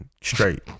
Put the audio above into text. straight